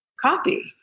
copy